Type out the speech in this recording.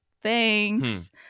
thanks